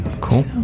cool